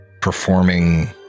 performing